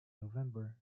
november